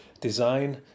design